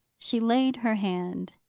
she laid her hand,